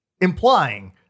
implying